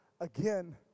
again